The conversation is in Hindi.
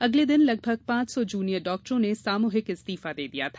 अगले दिन लगभग पांच सौ जूनियर डॉक्टरों ने सामूहिक इस्तीफा दे दिया था